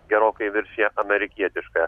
gerokai viršija amerikietišką